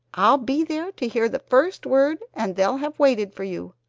i'll be there to hear the first word and they'll have waited for you,